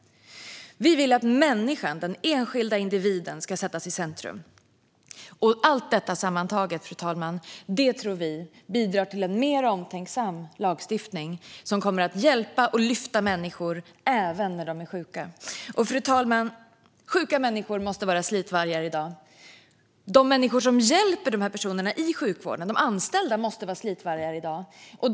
Vi vill att människan, den enskilda individen, ska sättas i centrum. Allt detta sammantaget, fru talman, tror vi bidrar till en mer omtänksam lagstiftning som kommer att hjälpa och lyfta människor även när de är sjuka. Fru talman! Sjuka människor måste vara slitvargar i dag. De människor som hjälper dessa personer i sjukvården, de anställda, måste vara slitvargar i dag.